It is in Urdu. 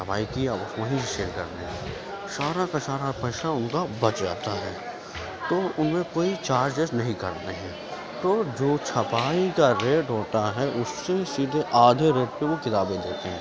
چھپائی کیا اس وہیں میں سارا کا سارا پیسہ ان کا بچ جاتا ہے تو ان میں کوئی چارجز نہیں کٹتے ہیں تو جو چھپائی کا ریٹ ہوتا ہے اس سے سیدھے آدھے ریٹ پہ وہ کتابیں دیتے ہیں